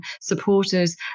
supporters